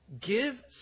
give